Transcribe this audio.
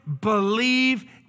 believe